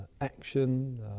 action